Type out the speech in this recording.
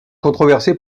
controversé